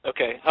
Okay